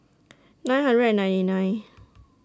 nine hundred and ninety nine